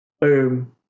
boom